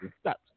Stop